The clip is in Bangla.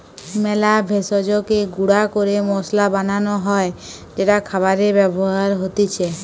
মেলা ভেষজকে গুঁড়া ক্যরে মসলা বানান হ্যয় যেটা খাবারে ব্যবহার হতিছে